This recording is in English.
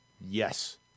Yes